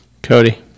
Cody